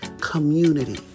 community